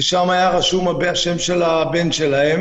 וזה רק כי שם היה רשום השם של הבן שלהם.